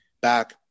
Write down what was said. back